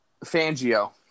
Fangio